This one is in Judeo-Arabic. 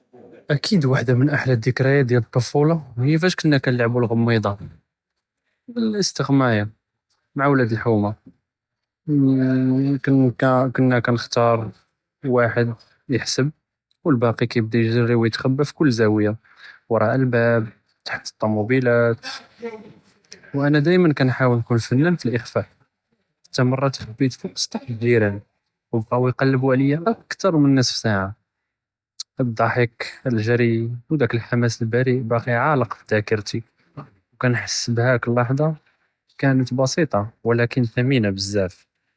אכּיד וחדה מן אחלַא אלזכְרָאת דִיאל אלטפולָה היא פאש כְּנַא נַלְעַבּו אלגְּ'מִידָה, מַע וּלַד אלחוּמָה, אֻמּם כְּנַא כִּנְחַתַּאר וחד יַחְסַב, ו אלבָּאקִי כִּיבְדָא יִגְרִי ו יִתְחַבּּא פי כּּל זַאוּיה, וְרוּא אלבָּאב תַחְתּ טומובִילַאת, ו אַנִי דִימָא כִּנת פַּנָן פִלְאִחְתִיבּא', וחד למָּרה תְחַבֵּּית פוּק סַטח דִיאל אלג'ִירָאן, ו בְּקָּאו יִקַּלְּבוּ עליא אכתר מן חֻצְפֵס עֻשְרָה, אלגְרִי ו אלדּחַק בָּקָּא עָלֶק פי דָ'אקֶרְתִי, כִּנחַס בד'ִיק הלחצה אללי בָּאקִי עָלֶקָה פי דָ'אקֶרְתִי.